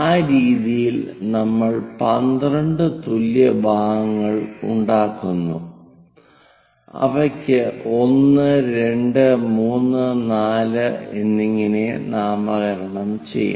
ആ രീതിയിൽ നമ്മൾ 12 തുല്യ ഭാഗങ്ങൾ ഉണ്ടാക്കുന്നു അവയ്ക്ക് 1 2 3 4 എന്നിങ്ങനെ നാമകരണം ചെയ്യും